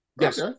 Yes